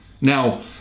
Now